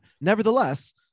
nevertheless